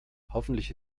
hoffentlich